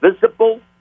visible